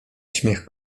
śmiech